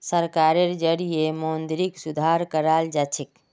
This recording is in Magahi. सरकारेर जरिएं मौद्रिक सुधार कराल जाछेक